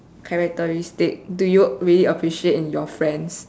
characteristic do you really appreciate in your friends